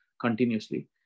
continuously